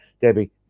Debbie